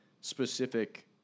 specific